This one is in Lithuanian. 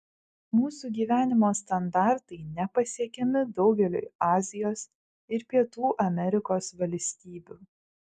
mūsų gyvenimo standartai nepasiekiami daugeliui azijos ir pietų amerikos valstybių